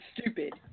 stupid